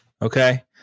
Okay